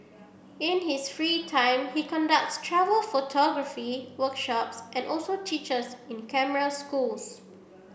in his free time he conducts travel photography workshops and also teaches in camera schools